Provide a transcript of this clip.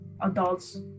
adults